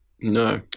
No